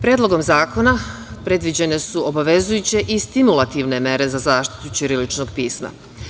Predlogom zakona predviđene su obavezujuće i stimulativne mere za zaštitu ćiriličnog pisma.